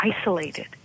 isolated